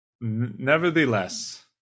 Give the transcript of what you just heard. nevertheless